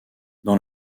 dans